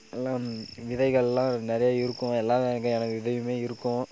எல்லா விதைகள்லாம் நிறையா இருக்கும் எல்லா வகையான விதையுமே இருக்கும்